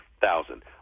thousand